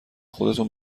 خودتون